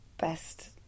best